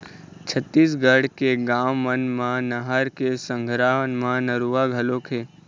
छत्तीसगढ़ के गाँव मन म नहर के संघरा म नरूवा घलोक हे